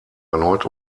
erneut